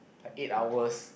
like eight hours